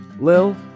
Lil